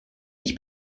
ich